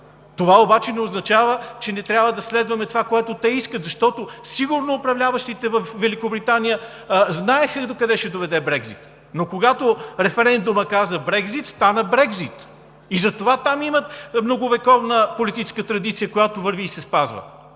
Това обаче не означава, че не трябва да следваме онова, което те искат. Сигурно управляващите във Великобритания знаеха докъде ще доведе Брекзит, но когато референдумът каза Брекзит, стана Брекзит. Затова там имат многовековна политическа традиция, която върви и се спазва.